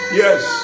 yes